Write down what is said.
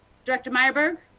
director marburg?